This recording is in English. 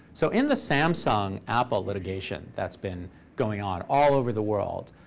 so in the samsung-apple litigation that's been going on all over the world,